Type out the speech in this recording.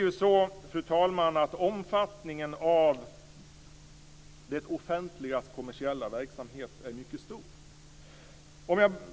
Fru talman! Omfattningen av det offentligas kommersiella verksamhet är mycket stor.